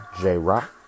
J-Rock